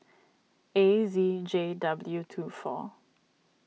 A Z J W two four